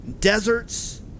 deserts